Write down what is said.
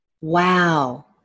Wow